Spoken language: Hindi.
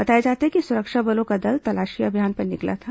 बताया जाता है कि सुरक्षा बलों का दल तलाशी अभियान पर निकला था